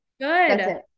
Good